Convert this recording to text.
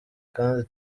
kandi